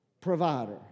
provider